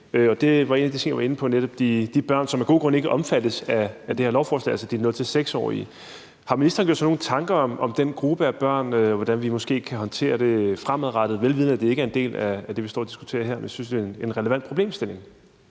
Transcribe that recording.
det var en af de ting, jeg var inde på, nemlig de børn, som af gode grunde ikke er omfattet af det her lovforslag, altså de 0-6-årige. Har ministeren gjort sig nogen tanker om den gruppe af børn og om, hvordan vi måske kan håndtere det fremadrettet? Jeg er vidende om, at det ikke er en del af det, vi står og diskuterer her, men jeg synes, det er en relevant problemstilling.